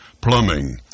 plumbing